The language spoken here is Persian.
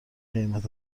قیمت